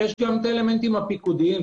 ויש האלמנים הפיקודיים.